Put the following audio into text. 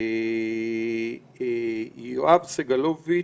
יואב סגלוביץ',